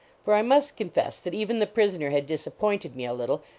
for i must confess that even the prisoner had disappointed me a little,